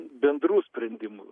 bendrų sprendimų